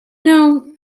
know